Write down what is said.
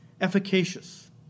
efficacious